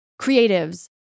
creatives